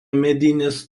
medinės